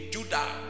Judah